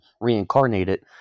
reincarnated